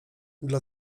dla